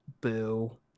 boo